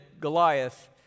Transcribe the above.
Goliath